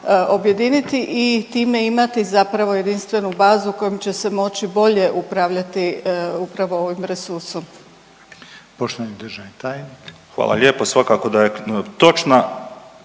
objediniti i time imati zapravo jedinstvenu bazu kojom će se moći bolje upravljati upravo ovim resursom. **Reiner, Željko (HDZ)** Poštovani